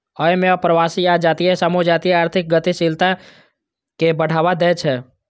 अय मे अप्रवासी आ जातीय समूह जातीय आर्थिक गतिशीलता कें बढ़ावा दै छै